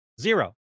Zero